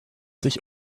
sich